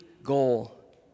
goal